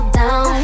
down